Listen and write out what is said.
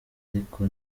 ariko